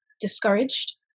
discouraged